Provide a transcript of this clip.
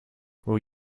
will